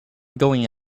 going